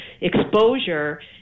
exposure